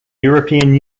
european